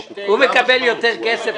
הוא עכשיו מקבל יותר כסף.